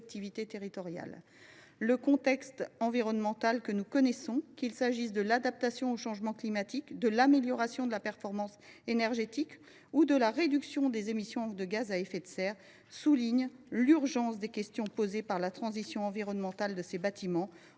collectivités territoriales. Le contexte environnemental que nous connaissons, qu’il s’agisse de l’adaptation au changement climatique, de l’amélioration de la performance énergétique ou de la réduction des émissions de gaz à effet de serre, souligne l’urgence des questions posées par la transition environnementale de ces bâtiments,